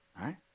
right